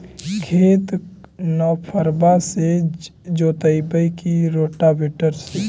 खेत नौफरबा से जोतइबै की रोटावेटर से?